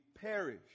perish